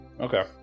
Okay